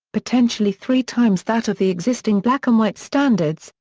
potentially three times that of the existing black-and-white standards,